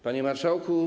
Panie Marszałku!